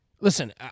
listen